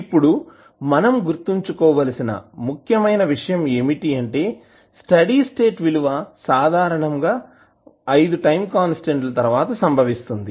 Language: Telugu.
ఇప్పుడు మనం గుర్తుంచుకోవలసిన ముఖ్యమైన విషయం ఏమిటంటే స్టడీ స్టేట్ విలువ సాధారణంగా 5 టైం కాన్స్టాంట్స్ తర్వాత సంభవిస్తుంది